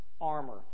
armor